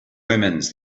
omens